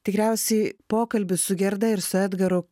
tikriausiai pokalbis su gerda ir su edgaru